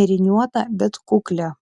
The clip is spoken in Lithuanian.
nėriniuotą bet kuklią